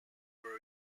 were